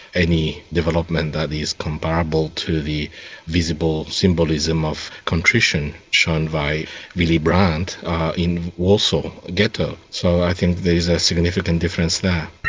any development that is comparable to the visible symbolism of contrition shown by willy brandt in warsaw ghetto. so i think there is a significant difference there.